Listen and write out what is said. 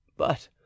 But